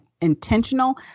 intentional